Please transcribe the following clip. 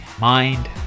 mind